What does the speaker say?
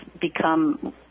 become